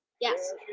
Yes